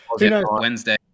Wednesday